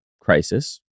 crisis